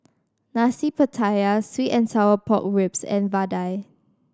Nasi Pattaya sweet and sour pork ribs and vadai